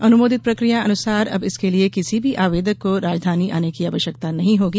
अनुमोदित प्रक्रिया अनुसार अब इसके लिये किसी भी आवेदक को राजधानी आने की आवश्यकता नहीं होगी